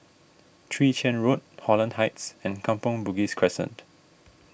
Chwee Chian Road Holland Heights and Kampong Bugis Crescent